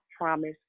promise